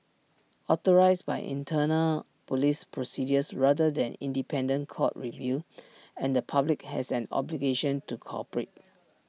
authorised by internal Police procedures rather than independent court review and the public has an obligation to cooperate